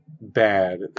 bad